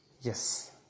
Yes